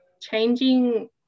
changing